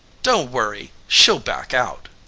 don't worry she'll back out!